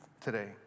today